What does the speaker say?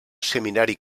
seminari